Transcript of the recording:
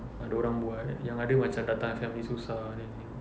ada orang buat yang ada macam datang dari family susah then